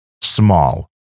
small